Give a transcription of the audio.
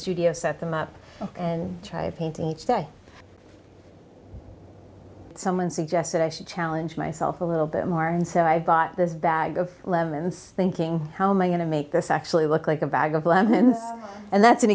studio set them up and try painting each day someone suggested i should challenge myself a little bit more and so i bought this bag of lemons thinking how am i going to make this actually look like a bag of lemons and that's an